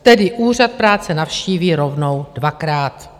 Tedy úřad práce navštíví rovnou dvakrát.